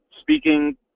Speaking